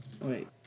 Wait